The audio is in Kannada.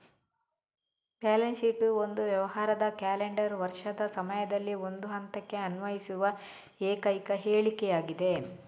ಬ್ಯಾಲೆನ್ಸ್ ಶೀಟ್ ಒಂದು ವ್ಯವಹಾರದ ಕ್ಯಾಲೆಂಡರ್ ವರ್ಷದ ಸಮಯದಲ್ಲಿ ಒಂದು ಹಂತಕ್ಕೆ ಅನ್ವಯಿಸುವ ಏಕೈಕ ಹೇಳಿಕೆಯಾಗಿದೆ